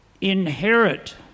inherit